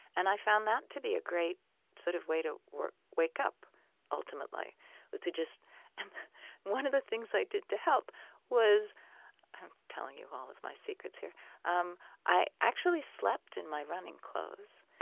and i found that to be a great sort of way to wake up ultimately, was to just and one of the things i did to help was i'm telling you all of my secrets here um i actually slept in my running clothes